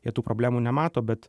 jie tų problemų nemato bet